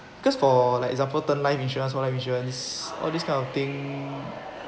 because for like example term life insurance whole life insurance all this kind of thing